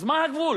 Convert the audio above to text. אז מה הגבול?